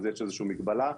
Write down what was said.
אז יש איזושהי מגבלה.